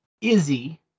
Izzy